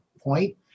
point